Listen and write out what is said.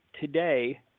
today